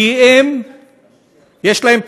כי יש להם,